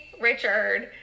Richard